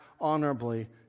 honorably